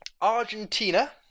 Argentina